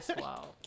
Wow